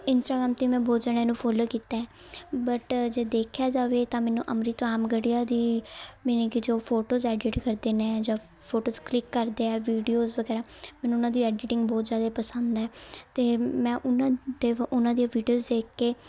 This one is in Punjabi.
ਇੰਸਟਾਗ੍ਰਾਮ 'ਤੇ ਮੈਂ ਬਹੁਤ ਜਾਣਿਆਂ ਨੂੰ ਫੋਲੋ ਕੀਤਾ ਹੈ ਬਟ ਜੇ ਦੇਖਿਆ ਜਾਵੇ ਤਾਂ ਮੈਨੂੰ ਅੰਮ੍ਰਿਤ ਰਾਮਗੜੀਆ ਦੀ ਮੀਨਿੰਗ ਕਿ ਜੋ ਫੋਟੋਸ ਐਡਿਟ ਕਰਦੇ ਨੇ ਜਾਂ ਫੋਟੋਸ ਕਲਿੱਕ ਕਰਦੇ ਆ ਵੀਡੀਓਸ ਵਗੈਰਾ ਮੈਨੂੰ ਉਹਨਾਂ ਦੀ ਐਡਿਟਿੰਗ ਬਹੁਤ ਜ਼ਿਆਦਾ ਪਸੰਦ ਹੈ ਅਤੇ ਮੈਂ ਉਹਨਾਂ ਅਤੇ ਉਹਨਾਂ ਦੀ ਵੀਡੀਓਸ ਦੇਖ ਕੇ